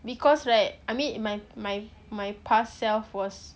because right I mean my my my past self was